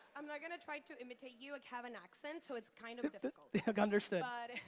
i'm not going to try to imitate you, i have an accent, so it's kind of of difficult. understood.